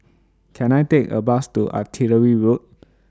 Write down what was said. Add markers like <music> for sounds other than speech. <noise> Can I Take A Bus to Artillery Road